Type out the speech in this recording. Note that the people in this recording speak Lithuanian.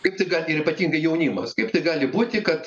kaip tai gali ir ypatingai jaunimas kaip tai gali būti kad